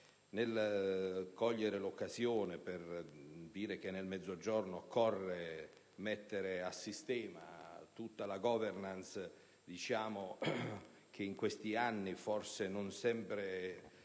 Nel cogliere l'occasione per dire che nel Mezzogiorno occorre mettere a sistema tutta la *governance* che in questi anni forse non sempre